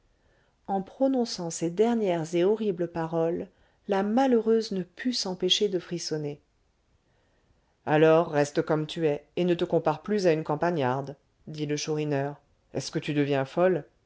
en prononçant ces dernières et horribles paroles la malheureuse ne put s'empêcher de frissonner alors reste comme tu es et ne te compare plus à une campagnarde dit le chourineur est-ce que tu deviens folle